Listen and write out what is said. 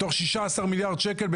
מתוך 16 מיליארד שקל,